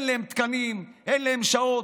אין להם תקנים, אין להם שעות,